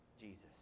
Jesus